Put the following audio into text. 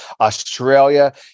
australia